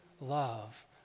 love